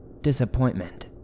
disappointment